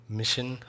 mission